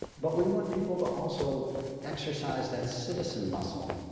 but we want people to also exercise that citizen-muscle